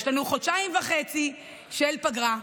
יש לנו חודשיים וחצי של פגרה.